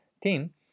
team